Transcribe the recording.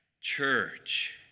Church